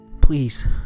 Please